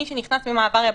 מי שנכנס ממעבר יבשתי,